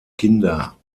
kinder